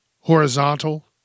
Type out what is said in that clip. horizontal